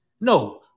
No